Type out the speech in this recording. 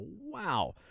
Wow